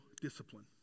discipline